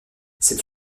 c’est